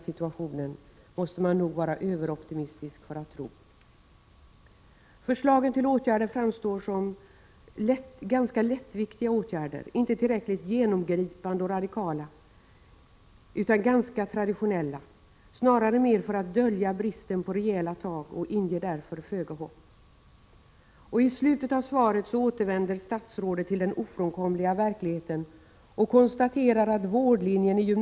Möjligheterna att rekrytera kompetent personal påverkas dels av arbetets innehåll och organisation, dels av dimensionering och organisation av grundutbildning, fortoch vidareutbildning.